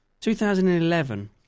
2011